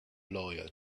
lawyer